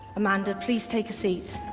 amanda please take a seat